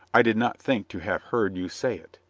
i did not think to have heard you say it.